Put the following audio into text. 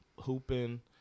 hooping